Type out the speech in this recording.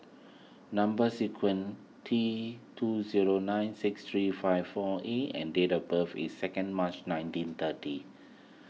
Number Sequence T two zero nine six three five four A and date of birth is second March nineteen thirty